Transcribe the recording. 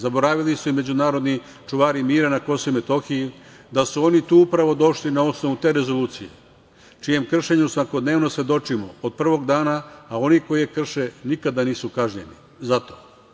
Zaboravili su je međunarodni čuvari mira na Kosova i Metohiji da su oni tu upravo došli na osnovu te Rezolucije, čijem kršenju svakodnevno svedočimo od prvog dana, a oni koji je krše nikada nisu kažnjeni za to.